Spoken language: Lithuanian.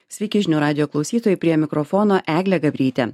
sveiki žinių radijo klausytojai prie mikrofono eglė gabrytė